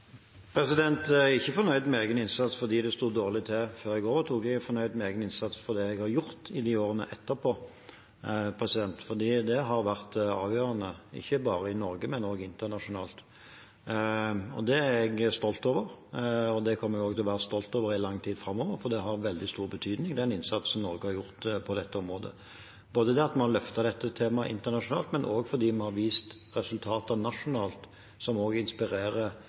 Jeg er ikke fornøyd med egen innsats fordi det sto dårlig til før jeg overtok. Jeg er fornøyd med egen innsats for det jeg har gjort i årene etterpå, for det har vært avgjørende, ikke bare i Norge, men også internasjonalt. Det er jeg stolt over, og det kommer jeg også til å være stolt over i lang tid framover, for den innsatsen Norge har gjort på dette området, har hatt veldig stor betydning – både det at vi har løftet dette temaet internasjonalt, og også at vi har vist resultater nasjonalt som også inspirerer